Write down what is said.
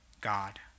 God